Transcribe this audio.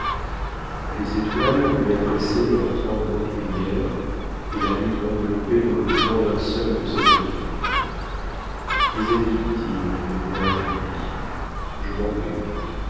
les étoiles lui adressaient leur tremblante lumière et la lune l'enveloppait dans le blanc linceul de ses rayons mes amis dit-il d'une voix affaiblie je m'en vais